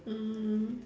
mm